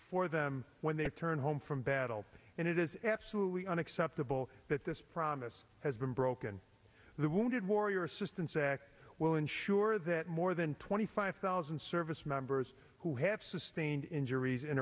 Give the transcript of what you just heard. for them when they return home from battle and it is absolutely unacceptable that this promise has been broken the wounded warrior assistance act will ensure that more than twenty five thousand service members who have sustained injuries in